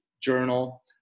journal